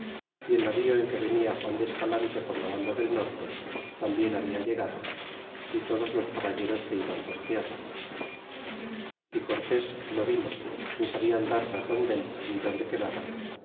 y el navio en que venia juan de escalante por la banda del norte ambien habia llegado y todos los caballos que iban por tierra y cortés no vino ni sabian dar razon del ni dónde quedaba